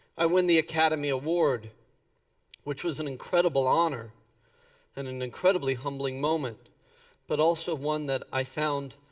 i win the academy award which was an incredible honor and an incredibly humbling moment but also one that i found